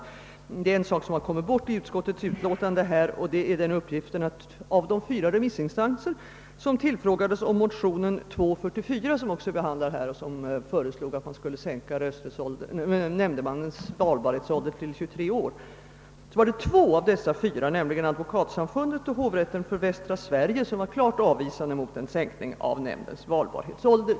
Det är en sak som inte har kommit med i utskottets utlåtande, nämligen den uppgiften att av de tre remissinstanser som tillfrågats om motionen II: 44, i vilken föreslagits att man skulle sänka nämndemans valbarhetsålder till 23 år, var det två, nämligen Advokatsamfundet och hovrätten för västra Sverige, som ställde sig klart avvisande mot en sänkning av nämndemans valbarhetsålder.